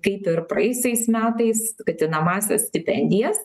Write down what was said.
kaip ir praėjusiais metais skatinamąsias stipendijas